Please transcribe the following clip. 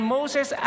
Moses